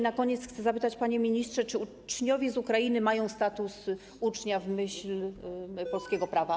Na koniec chcę zapytać: Panie ministrze, czy uczniowie z Ukrainy mają status ucznia w myśl polskiego prawa?